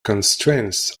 constraints